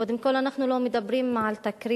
קודם כול אנחנו לא מדברים על תקרית,